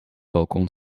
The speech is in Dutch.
balkon